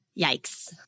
Yikes